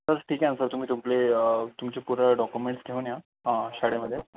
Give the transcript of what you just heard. sir ठीक आहे ना सर तुम्ही तुप्ले तुमचे पुरं डॉक्युमेंट्स घेऊन या शाळेमध्ये